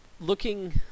Looking